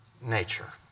nature